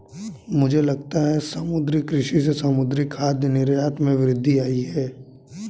मुझे लगता है समुद्री कृषि से समुद्री खाद्य निर्यात में वृद्धि आयी है